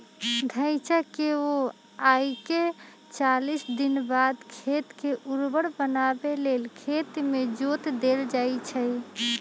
धइचा के बोआइके चालीस दिनबाद खेत के उर्वर बनावे लेल खेत में जोत देल जइछइ